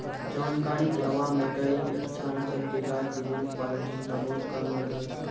जानकारी के अभाव मॅ कई अच्छा नस्ल के गाय के दूध उत्पादन क्षमता बहुत कम होय गेलो छै